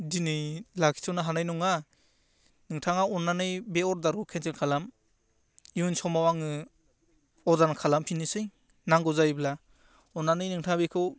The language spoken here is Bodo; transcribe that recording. दिनै लाखिथ'नो हानाय नङा नोंथाङा अन्नानै बे अर्डारखौ केनसेल खालाम इयुन समाव आङो अर्डार खालामफिन्नोसै नांगौ जायोब्ला अन्नानै नोंथाङा बेखौ